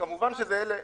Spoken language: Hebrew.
כמובן שלמי